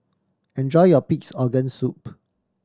enjoy your Pig's Organ Soup